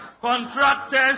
Contractors